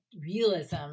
realism